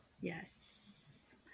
Yes